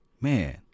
man